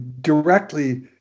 directly